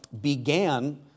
began